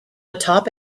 atop